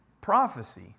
prophecy